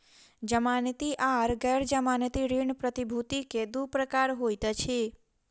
जमानती आर गैर जमानती ऋण प्रतिभूति के दू प्रकार होइत अछि